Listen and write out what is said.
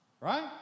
right